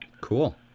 Cool